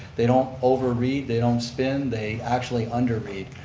they don't over read, they don't spin, they actually under read.